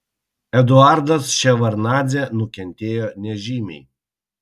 eduardas ševardnadzė nukentėjo nežymiai